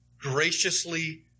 graciously